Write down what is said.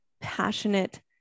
passionate